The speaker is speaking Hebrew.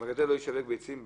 "מגדל לא ישווק ביצים,